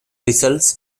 results